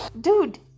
Dude